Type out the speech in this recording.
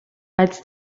als